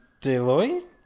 Deloitte